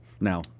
now